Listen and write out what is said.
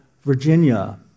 Virginia